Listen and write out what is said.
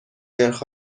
نرخ